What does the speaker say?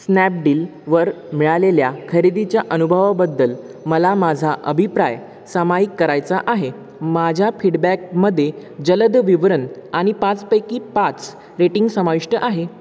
स्नॅपडीलवर मिळालेल्या खरेदीच्या अनुभवाबद्दल मला माझा अभिप्राय सामायिक करायचा आहे माझ्या फीडबॅकमध्ये जलद विवरण आणि पाचपैकी पाच रेटिंग समाविष्ट आहे